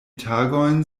tagojn